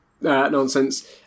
Nonsense